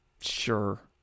Sure